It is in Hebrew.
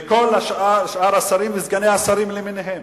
וכל שאר השרים וסגני השרים למיניהם.